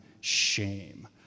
shame